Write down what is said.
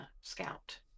scout